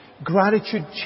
Gratitude